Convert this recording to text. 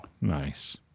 Nice